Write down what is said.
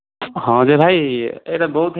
ହଁ ଯେ ଭାଇ ଏଇଟା ବହୁତ